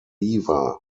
weaver